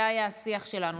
זה היה השיח שלנו.